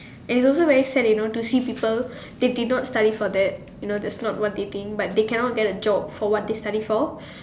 and it's also very sad you know to see people they did not study for that you know that's not what they did but they cannot get a job for what they study for